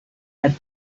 had